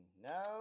no